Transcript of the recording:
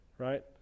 right